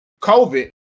COVID